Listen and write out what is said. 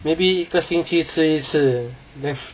maybe 一个星期吃一次